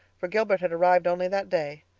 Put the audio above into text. for gilbert had arrived only that day.